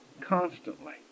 constantly